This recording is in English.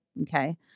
okay